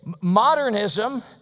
modernism